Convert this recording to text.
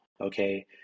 Okay